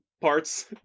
parts